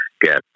get